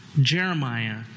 Jeremiah